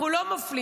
אנחנו לא מפלים,